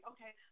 Okay